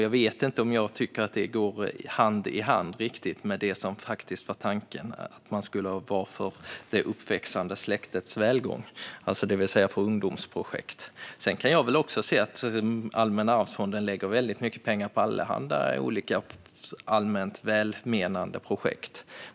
Jag vet inte om jag tycker att det riktigt går hand i hand med det som faktiskt var tanken med att man skulle verka för det uppväxande släktets välgång, det vill säga för ungdomsprojekt. Sedan kan jag också se att Allmänna arvsfonden lägger väldigt mycket pengar på allehanda allmänt välmenande projekt.